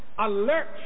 alert